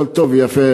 הכול טוב ויפה,